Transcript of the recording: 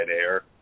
air